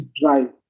drive